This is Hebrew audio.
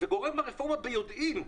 וגורם ברפורמה ביודעין,